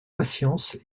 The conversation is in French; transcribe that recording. patience